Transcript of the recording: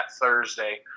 thursday